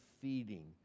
feeding